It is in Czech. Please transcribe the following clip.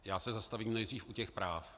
Já se zastavím nejdřív u těch práv.